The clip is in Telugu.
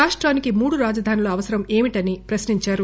రాష్టానికి మూడు రాజధానుల అవసరం ఏమిటని ఆయన ప్రశ్ని ంచారు